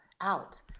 out